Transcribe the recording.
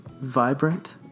vibrant